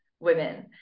women